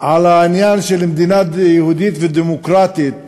בעניין של מדינה יהודית ודמוקרטית